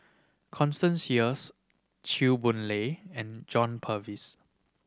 Constance Sheares Chew Boon Lay and John Purvis